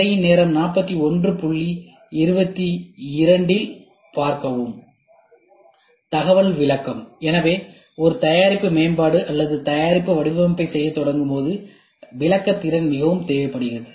திரையின் நேரம் 4122 இல் பார்க்கவும் தகவல் விளக்கம் எனவே ஒரு தயாரிப்பு மேம்பாடு அல்லது தயாரிப்பு வடிவமைப்பைச் செய்யத் தொடங்கும்போது விளக்கத் திறன் மிகவும் தேவைப்படுகிறது